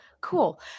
Cool